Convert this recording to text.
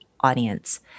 audience